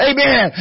Amen